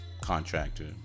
Contractor